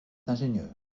ingénieur